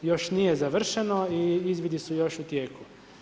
Još nije završeno i izvidi su još u tijeku.